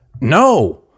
No